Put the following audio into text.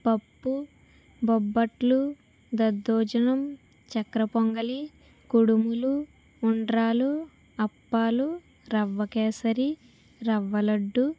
పప్పు బొబ్బట్లు దద్దోజనం చక్కరపొంగలి కుడుములు ఉండ్రాళ్ళు అప్పాలు రవ్వకేసరి రవ్వలడ్డు